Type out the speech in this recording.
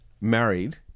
married